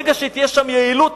ברגע שתהיה שם יעילות,